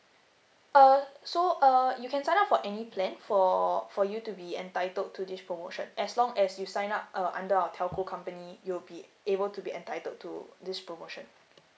uh so uh you can sign up for any plan for for you to be entitled to this promotion as long as you sign up uh under our telco company you will be able to be entitled to this promotion